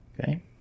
Okay